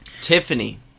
Tiffany